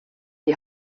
die